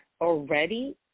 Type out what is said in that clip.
already